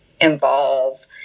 involve